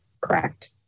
correct